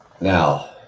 Now